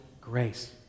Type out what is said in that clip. grace